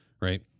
Right